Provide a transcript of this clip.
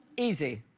easy.